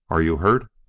are you hurt?